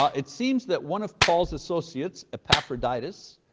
ah it seems that one of paul's associates, epaphroditus,